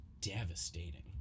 devastating